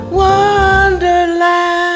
wonderland